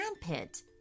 pit